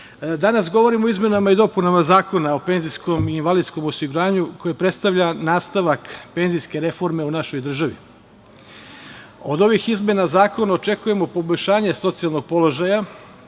govorimo o izmenama i dopunama Zakona o penzijskom i invalidskom osiguranju koje predstavlja nastavak penzijske reforme u našoj državi. Od ovih izmena zakona očekujemo poboljšanje socijalnog položaja